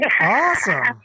Awesome